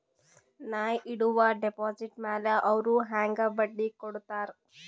ನಾ ಇಡುವ ಡೆಪಾಜಿಟ್ ಮ್ಯಾಲ ಅವ್ರು ಹೆಂಗ ಬಡ್ಡಿ ಕೊಡುತ್ತಾರ?